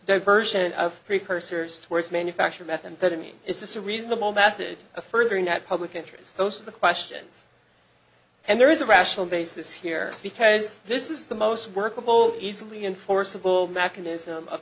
diversion of precursors towards manufacture methamphetamine is this a reasonable method a furthering that public interest those are the questions and there is a rational basis here because this is the most workable easily enforceable mechanism of